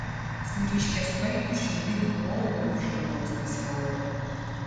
su ryškiaspalviu šiaudiniu povu virš galvos pasirodė